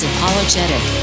Apologetic